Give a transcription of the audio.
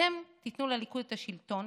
אתם תיתנו לליכוד את השלטון,